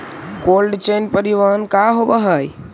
Cold chain परिवहन का होव हइ?